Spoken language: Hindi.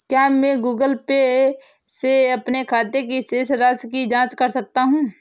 क्या मैं गूगल पे से अपने खाते की शेष राशि की जाँच कर सकता हूँ?